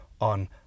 on